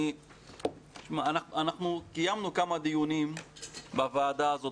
אנחנו קיימנו כמה דיונים בוועדה הזאת